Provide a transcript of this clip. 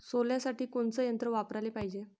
सोल्यासाठी कोनचं यंत्र वापराले पायजे?